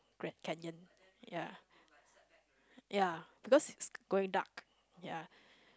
Grand Canyon ya ya because it's going dark ya